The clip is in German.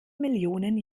millionen